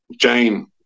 Jane